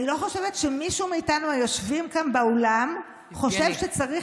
אני לא חושבת שמישהו מאיתנו היושבים כאן באולם חושב שצריך